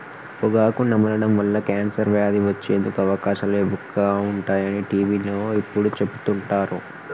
పొగాకు నమలడం వల్ల కాన్సర్ వ్యాధి వచ్చేందుకు అవకాశాలు ఎక్కువగా ఉంటాయి అని టీవీలో ఎప్పుడు చెపుతుంటారు